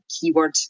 keyword